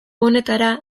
honetara